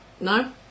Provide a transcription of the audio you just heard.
No